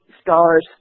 stars